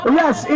yes